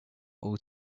all